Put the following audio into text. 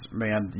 man